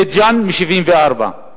בית-ג'ן, מ-1974.